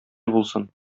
булсын